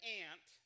aunt